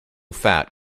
fat